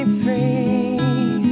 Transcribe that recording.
free